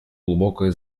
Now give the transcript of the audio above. глубокое